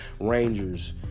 Rangers